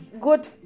good